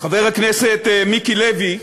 חבר הכנסת מיקי לוי,